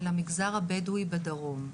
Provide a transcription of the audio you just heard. למגזר הבדואי בדרום,